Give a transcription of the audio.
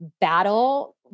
battle